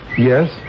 Yes